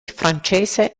francese